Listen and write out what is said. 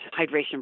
hydration